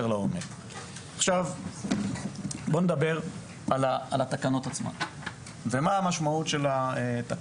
בואו נדבר על התקנות עצמן ומה המשמעות שלהן.